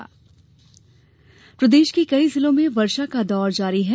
मौसम प्रदेश के कई जिलों में वर्षा का दौर जारी है